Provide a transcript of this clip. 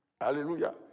Hallelujah